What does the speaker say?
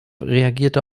reagierte